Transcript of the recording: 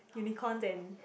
Unicorn and